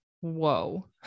Whoa